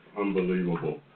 Unbelievable